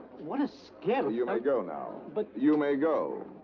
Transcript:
what a scare you may go now. but you may go.